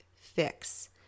fix